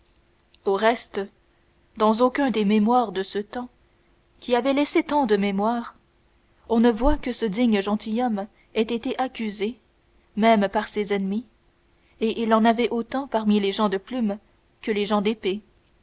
au reste dans aucun des mémoires de ce temps qui a laissé tant de mémoires on ne voit que ce digne gentilhomme ait été accusé même par ses ennemis et il en avait autant parmi les gens de plume que chez les gens d'épée